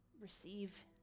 receive